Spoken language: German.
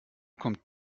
kommt